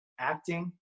Acting